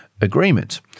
agreement